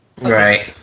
Right